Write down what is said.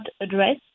address